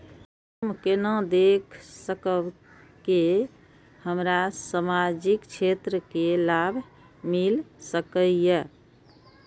हम केना देख सकब के हमरा सामाजिक क्षेत्र के लाभ मिल सकैये?